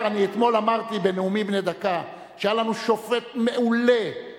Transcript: אתמול אמרתי בנאומים בני דקה שהיה לנו שופט מעולה,